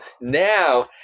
now